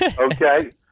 okay